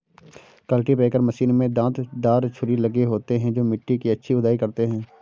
cultipacker machine में दांत दार छुरी लगे होते हैं जो मिट्टी की अच्छी खुदाई करते हैं